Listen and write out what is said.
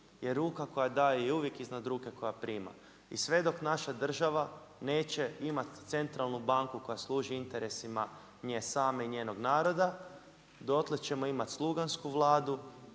jer ruka koja daje je uvijek iznad ruke koja prima. I sve dok naša država neće imati centralnu banku koja služi interesima nje same i njenog naroda dotle ćemo imati slugansku Vladu,